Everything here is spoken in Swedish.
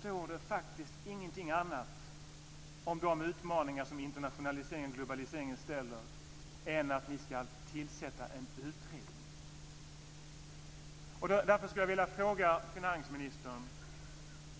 står det faktiskt ingenting annat om de utmaningar som internationaliseringen och globaliseringen innebär än att ni ska tillsätta en utredning.